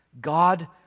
God